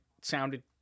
sounded